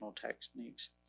techniques